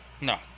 No